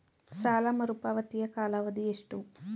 ಸಾಲ ಮರುಪಾವತಿಯ ಕಾಲಾವಧಿ ಎಷ್ಟು?